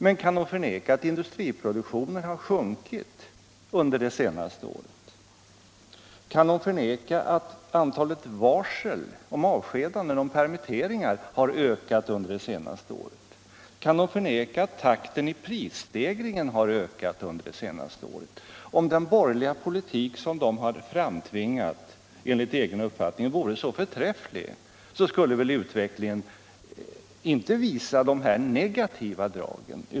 Men kan de förneka att industriproduktionen har sjunkit under det senaste året? Kan de förneka att antalet varsel om avskedanden, om permitteringar har ökat under det senaste året? Kan de förneka att takten i prisstegringen har ökat under det senaste året? Om den borgerliga politik som mittenpartierna enligt egen uppfattning har framtvingat vore så förträfflig skulle väl utvecklingen inte visa de här negativa dragen.